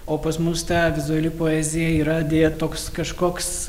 o pas mus ta vizuali poezija yra deja toks kažkoks